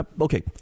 okay